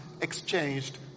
exchanged